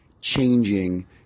changing